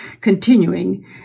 continuing